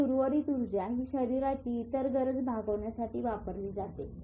आणि उर्वरित ऊर्जा ही शरीराची इतर गरज भागविण्यासाठी वापरली जाते